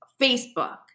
Facebook